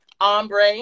Ombre